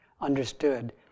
understood